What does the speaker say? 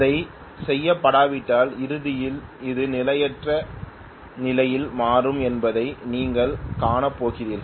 அதை செய்யப்படாவிட்டால் இறுதியில் அது நிலையற்ற நிலையில் மாறும் என்பதை நீங்கள் காணப் போகிறீர்கள்